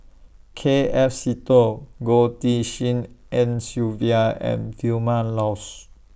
K F Seetoh Goh Tshin En Sylvia and Vilma Laus